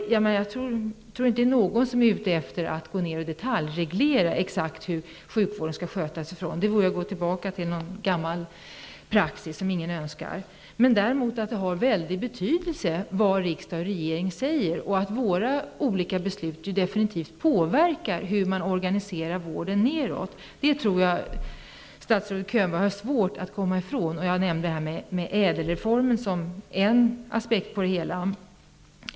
Jag tror inte att någon är ute efter att detaljreglera exakt hur sjukvården skall skötas. Det vore att gå tillbaka till någon gammal praxis som ingen önskar. Däremot har det stor betydelse vad riksdag och regering säger. Våra olika beslut påverkar hur man organiserar vården neråt. Det tror jag statsrådet Könberg har svårt att komma ifrån. Jag nämnde ÄDEL-reformen som en aspekt.